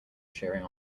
cheering